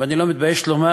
ואני לא מתבייש לומר,